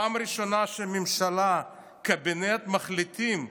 פעם ראשונה שממשלה, קבינט מחליטים,